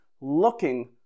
looking